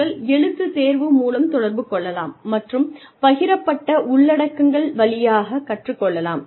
நீங்கள் எழுத்துத் தேர்வு மூலம் தொடர்பு கொள்ளலாம் மற்றும் பகிரப்பட்ட உள்ளடக்கம் வழியாக கற்றுக்கொள்ளலாம்